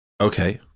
Okay